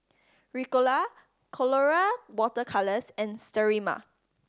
Ricola Colora Water Colours and Sterimar